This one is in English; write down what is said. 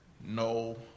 No